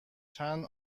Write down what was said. چند